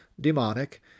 demonic